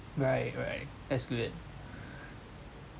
right right escalate